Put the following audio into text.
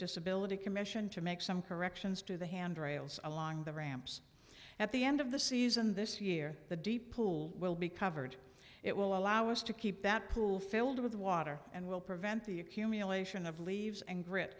disability commission to make some corrections to the handrails along the ramps at the end of the season this year the deep pool will be covered it will allow us to keep that pool filled with water and will prevent the accumulation of leaves and grit